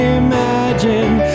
imagine